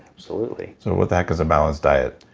absolutely what the heck is a balanced diet?